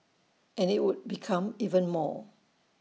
and IT would become even more